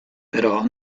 però